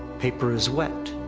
paper is wet.